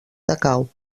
decau